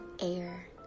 air